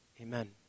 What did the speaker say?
Amen